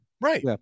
Right